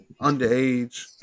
underage